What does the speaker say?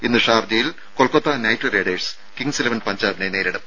ഇന്ന് ഷാർജയിൽ Kolkata Knight Riders Kings Eleven പഞ്ചാബിനെ നേരിടും